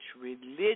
religion